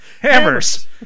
Hammers